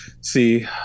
see